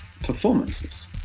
performances